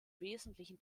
wesentlichen